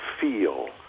feel